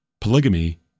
Polygamy